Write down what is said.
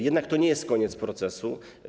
Jednak to nie jest koniec procesu.